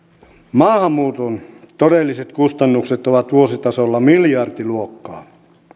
maahanmuuton todelliset kustannukset ovat vuositasolla miljardiluokkaa